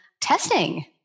testing